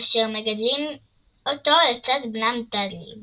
אשר מגדלים אותו לצד בנם דאדלי,